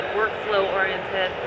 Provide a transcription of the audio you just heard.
workflow-oriented